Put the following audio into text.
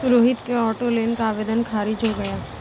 रोहित के auto loan का आवेदन खारिज हो गया